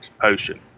potion